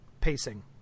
pacing